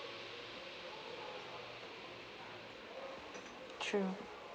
true